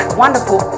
wonderful